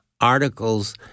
articles